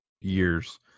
years